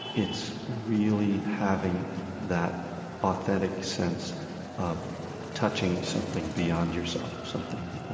it's really having that authentic sense of touching something beyond yourself, something, ah